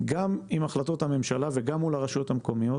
גם עם החלטות הממשלה וגם מול הרשויות המקומיות.